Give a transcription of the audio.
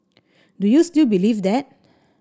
do you still believe that